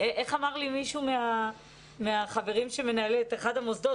איך אמר לי מישהו מהחברים שמנהל את אחד המוסדות?